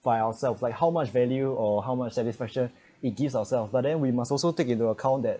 by ourselves like how much value or how much satisfaction it gives ourself but then we must also take into account that